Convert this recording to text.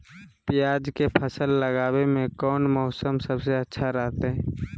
प्याज के फसल लगावे में कौन मौसम सबसे अच्छा रहतय?